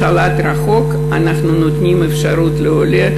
בשלט רחוק אנחנו נותנים אפשרות לעולה,